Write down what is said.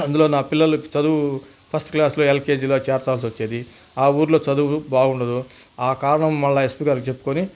అందులో నా పిల్లలకి చదువు ఫస్ట్ క్లాసులో ఎల్కేజీలో చేర్చాలిసి వచ్చేది ఆ ఊళ్ళో చదువు బాగుండదు ఆ కారణం మరలా ఎస్పీ గారికి చెప్పుకొని